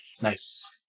Nice